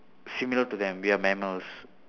similar to them we are mammals